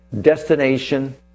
destination